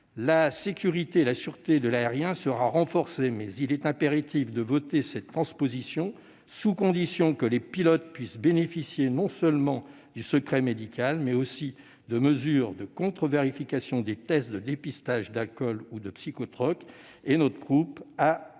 la sécurité et la sûreté seront renforcées, mais il est impératif de voter cette transposition à condition que les pilotes puissent bénéficier non seulement du secret médical, mais aussi de mesures de contre-vérification des tests de dépistage d'alcool ou de psychotropes. Notre groupe a proposé